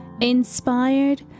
Inspired